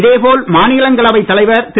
இதே போல் மாநிலங்களவை தலைவர் திரு